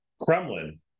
kremlin